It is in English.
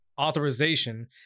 authorization